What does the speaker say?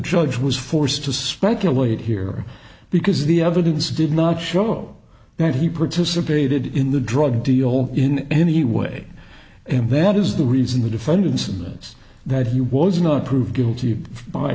judge was forced to speculate here because the evidence did not show that he participated in the drug deal in any way and that is the reason the defendants in the us that he was not proved guilty by